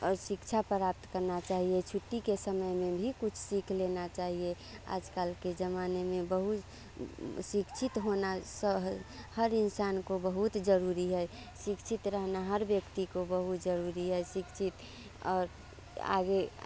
और शिक्षा प्राप्त करना चाहिए छुट्टी के समय में भी कुछ सीख लेना चाहिए आजकल के जमाने में बहुत शिक्षित होना हर इंसान को बहुत ज़रूरी है शिक्षित रहना हर व्यक्ति को बहुत ज़रूरी है शिक्षित और आगे